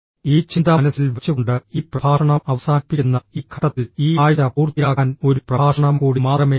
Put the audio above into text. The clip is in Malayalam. ഈ ചിന്ത മനസ്സിൽ വെച്ചുകൊണ്ട് ഈ പ്രഭാഷണം അവസാനിപ്പിക്കുന്ന ഈ ഘട്ടത്തിൽ ഈ ആഴ്ച പൂർത്തിയാക്കാൻ ഒരു പ്രഭാഷണം കൂടി മാത്രമേയുള്ളൂ